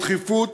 בדחיפות,